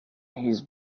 his